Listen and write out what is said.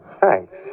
thanks